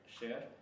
share